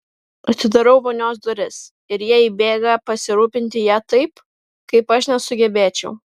atidarau vonios duris ir jie įbėga pasirūpinti ja taip kaip aš nesugebėčiau